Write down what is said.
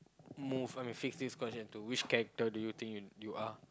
move I mean fix this question to which character do you think you are